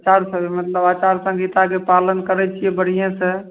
आचार सङ्ग मतलब आचार सन्घिताके पालन करै छियै बढ़िएँसँ